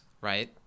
right